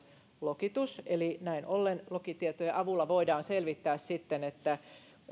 lokitus eli näin ollen lokitietojen avulla voidaan selvittää sitten